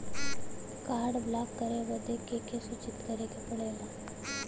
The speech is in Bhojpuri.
कार्ड ब्लॉक करे बदी के के सूचित करें के पड़ेला?